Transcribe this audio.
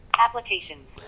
Applications